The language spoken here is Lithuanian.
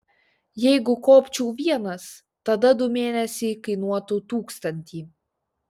jeigu kopčiau vienas tada du mėnesiai kainuotų tūkstantį